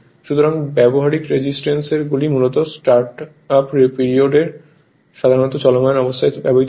সুতরাং বাহ্যিক রেজিস্ট্যান্সে গুলি মূলত স্টার্ট আপ পিরিয়ডে সাধারণত চলমান অবস্থায় ব্যবহৃত হয়